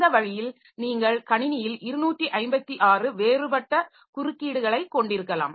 இந்த வழியில் நீங்கள் கணினியில் 256 வேறுபட்ட குறுக்கீடுகளை கொண்டிருக்கலாம்